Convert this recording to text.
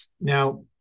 Now